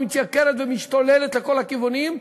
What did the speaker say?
ומתייקרת ומשתוללת לכל הכיוונים,